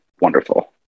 wonderful